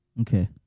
Okay